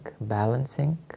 balancing